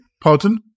Pardon